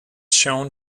shown